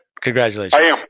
Congratulations